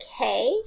Okay